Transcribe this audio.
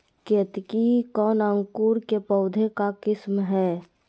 केतकी कौन अंकुर के पौधे का किस्म है?